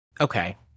Okay